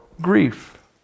grief